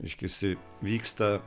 reiškiasi vyksta